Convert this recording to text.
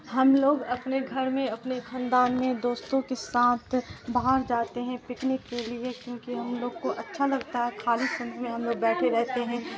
ہم لوگ اپنے گھر میں اپنے خاندان میں دوستوں کے ساتھ باہر جاتے ہیں پکنک کے لیے کیونکہ ہم لوگ کو اچھا لگتا ہے خالی سنے میں ہم لوگ بیٹھے رہتے ہیں